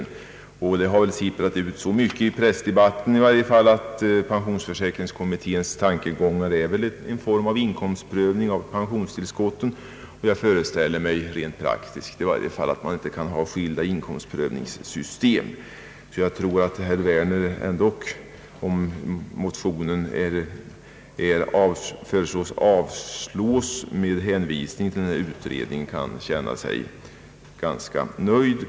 Så mycket har väl sipprat ut i pressen att pensionsförsäkringskommittén tänker sig en form av inkomstprövning av pensionstillskotten, och jag föreställer mig att man rent praktiskt inte kan ha skilda inkomstprövningssystem. Jag tror att herr Werner, även om motionen avslås med hänvisning till utredningen, kan känna sig ganska nöjd.